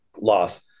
loss